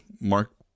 Mark